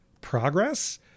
progress